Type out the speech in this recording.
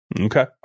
Okay